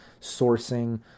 sourcing